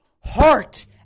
heart